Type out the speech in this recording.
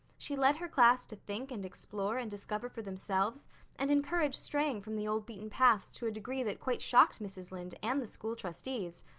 she led her class to think and explore and discover for themselves and encouraged straying from the old beaten paths to a degree that quite shocked mrs. lynde and the school trustees,